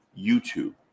YouTube